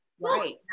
Right